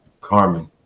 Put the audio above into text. Carmen